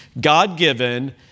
God-given